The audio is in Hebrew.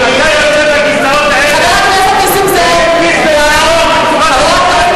כשאתה יושב בכיסאות האלה ומטיף לטרור בצורה דמוקרטית,